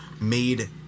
made